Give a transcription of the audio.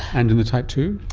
and in the type two?